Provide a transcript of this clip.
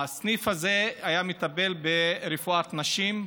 הסניף הזה טיפל ברפואת נשים,